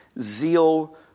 zeal